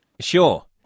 Sure